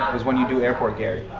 is when you do airport gary.